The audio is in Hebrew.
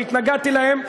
שהתנגדתי להם,